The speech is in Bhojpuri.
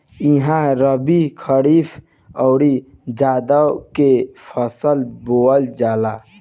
इहा रबी, खरीफ अउरी जायद के फसल बोअल जाला